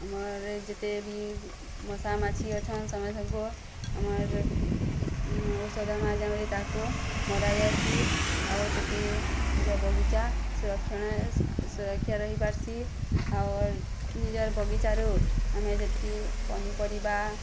ଆମର୍ ଯେତେ ବି ମଶା ମାଛି ଅଛନ୍ ସମସ୍ତଙ୍କୁ ଆମର୍ ଔଷଧ ମାଧ୍ୟମରେ ତାହାକୁ ମରାଯାସି ଆଉ ସେଥି ନିଜ ବଗିଚା ସୁରକ୍ଷଣ ସୁରକ୍ଷା ରହିପାରସି ଅର୍ ନିଜର୍ ବଗିଚାରୁ ଆମେ ଯେତ୍କି ପନିପରିବା